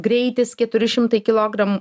greitis keturi šimtai kilogram